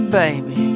baby